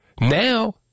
now